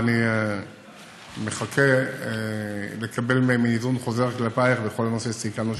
ואני מחכה לקבל מהם היזון חוזר כלפייך בכל הנושא שסיכמנו,